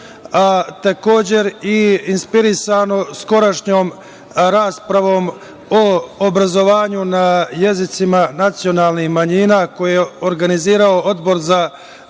a takođe i inspirisano skorašnjom raspravom o obrazovanju na jezicima nacionalnih manjina, koje organizuje Odbor za